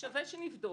שווה שנבדוק.